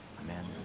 amen